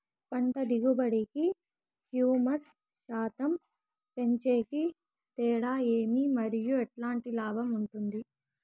పంట దిగుబడి కి, హ్యూమస్ శాతం పెంచేకి తేడా ఏమి? మరియు ఎట్లాంటి లాభం ఉంటుంది?